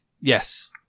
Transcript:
Yes